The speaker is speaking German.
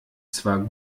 zwar